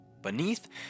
Beneath